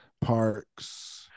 Parks